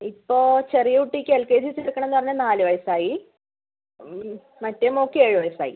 ഇപ്പോൾ ചെറിയ കുട്ടിക്ക് എൽ കെ ജി ചേർക്കണം എന്ന് പറഞ്ഞാൽ നാല് വയസ്സായി മറ്റേ മകൾക്ക് ഏഴ് വയസ്സായി